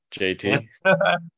JT